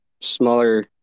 smaller